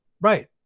right